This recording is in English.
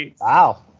Wow